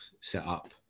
setup